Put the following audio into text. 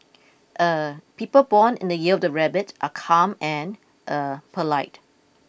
er people born in the year of the Rabbit are calm and er polite